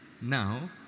now